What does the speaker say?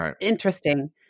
interesting